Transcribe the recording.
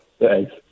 Thanks